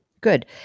good